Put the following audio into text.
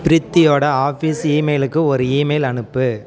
ப்ரிதியோடய office ஈமெயிலுக்கு ஒரு email அனுப்பு